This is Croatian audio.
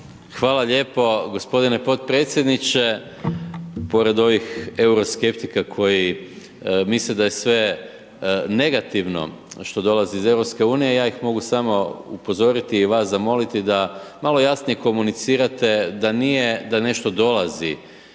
Hvala lijepo g. potpredsjedniče. Pored ovih euroskeptika, koji misle da je sve negativno što dolazi iz EU, ja ih mogu samo upozoriti i vas zamoliti da malo jasnije komunicirate, da nije da nešto dolazi